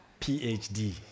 PhD